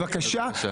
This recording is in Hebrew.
בבקשה,